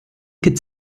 could